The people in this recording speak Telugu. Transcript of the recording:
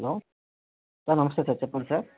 హలో సార్ నమస్తే సార్ చెప్పండి సార్